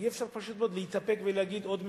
אי-אפשר פשוט מאוד להתאפק ולהגיד: עוד מעט,